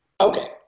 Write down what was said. Okay